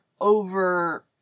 over